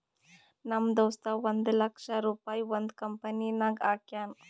ನಮ್ ದೋಸ್ತ ಒಂದ್ ಲಕ್ಷ ರುಪಾಯಿ ಒಂದ್ ಕಂಪನಿನಾಗ್ ಹಾಕ್ಯಾನ್